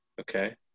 okay